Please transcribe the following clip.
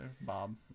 Bob